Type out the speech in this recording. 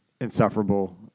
insufferable